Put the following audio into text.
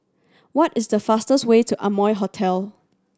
what is the fastest way to Amoy Hotel